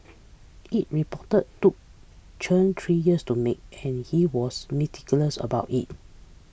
it report took Chen three years to make and he was meticulous about it